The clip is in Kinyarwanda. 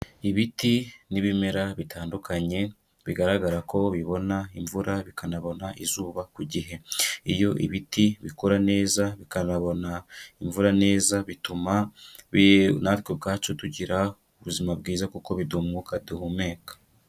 Ibiti n'ibimera bitandukanye bigaragara ko bibona imvura bikanabona izuba ku gihe, iyo ibiti bikura neza bikanabona imvura neza bituma natwe ubwacu tugira ubuzima bwiza kuko biduha umwuka duhumeka.